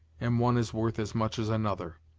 and one is worth as much as another.